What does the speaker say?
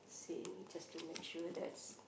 saying just to make sure that's